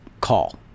call